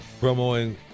promoing